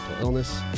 illness